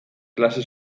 klase